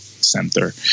center